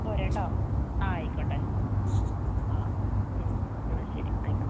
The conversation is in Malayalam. പോര് കേട്ടോ ആ ആയിക്കോട്ടേ ആ എന്നാൽ ശരി ആയിക്കോട്ടെ